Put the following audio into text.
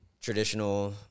traditional